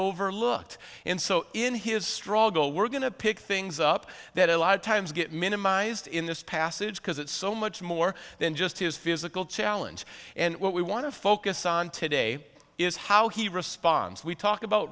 overlooked and so in his struggle we're going to pick things up that a lot of times get minimized in this passage because it's so much more than just his physical challenge and what we want to focus on today is how he responds we talk about